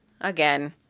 again